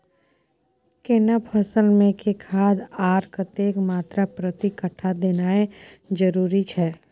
केना फसल मे के खाद आर कतेक मात्रा प्रति कट्ठा देनाय जरूरी छै?